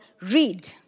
read